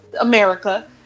America